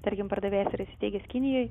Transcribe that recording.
tarkim pardavėjas yra įsisteigęs kinijoj